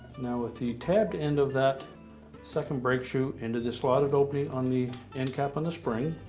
now with the tabbed end of that second brake shoe into the slotted opening on the end cap on the spring,